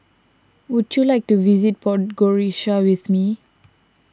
would you like to visit with me